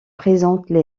présentent